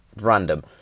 Random